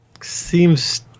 seems